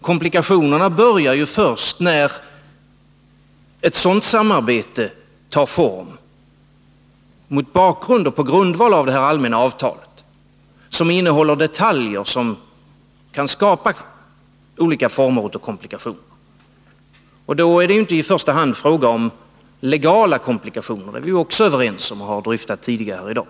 Komplikationerna börjar ju först när ett samarbete tar form, mot bakgrund av och på grundval av det här allmänna avtalet, som innehåller detaljer vilka kan skapa olika former av problem. Då är det inte i första hand fråga om legala komplikationer. Det är vi också överens om, och det har vi dryftat tidigare här i dag.